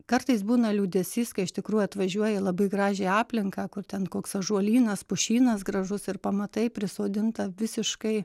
kartais būna liūdesys kai iš tikrųjų atvažiuoji į labai gražią aplinką kur ten koks ąžuolynas pušynas gražus ir pamatai prisodinta visiškai